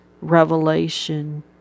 Revelation